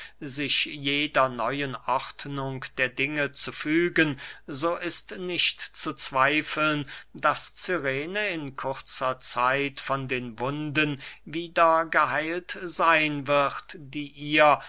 sich jeder neuen ordnung der dinge zu fügen so ist nicht zu zweifeln daß cyrene in kurzer zeit von den wunden wieder geheilt seyn wird die ihr